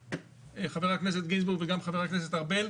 צודקים חבר הכנסת גינזבורג וגם חבר הכנסת ארבל,